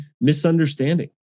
misunderstanding